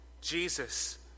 Jesus